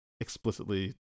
explicitly